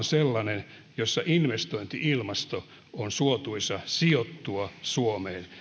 sellainen jossa investointi ilmasto on suotuisa sijoittua suomeen